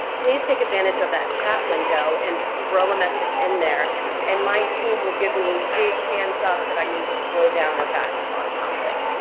please take advantage of that chat window and throw a message in there and my team will give me big hands up that i need to slow down or back up on something.